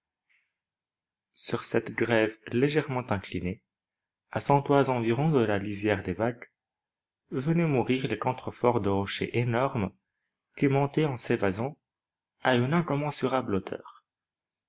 sur cette grève légèrement inclinée à cent toises environ de là lisière des vagues venaient mourir les contreforts de rochers énormes qui montaient en s'évasant à une incommensurable hauteur